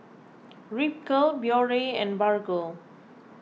Ripcurl Biore and Bargo